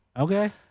Okay